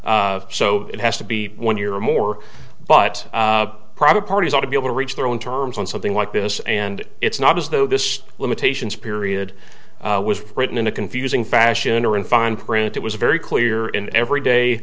year so it has to be one year or more but private parties ought to be able to reach their own terms on something like this and it's not as though this limitations period was written in a confusing fashion or in fine print it was very clear in every day